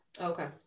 Okay